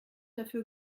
dafür